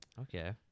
Okay